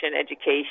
education